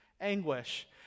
anguish